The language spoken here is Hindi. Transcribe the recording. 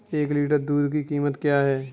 एक लीटर दूध की कीमत क्या है?